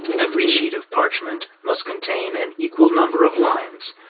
every sheet of parchment must contain an equal number of lines,